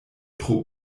tro